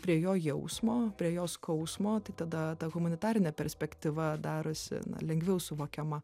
prie jo jausmo prie jo skausmo tai tada ta humanitarinė perspektyva darosi lengviau suvokiama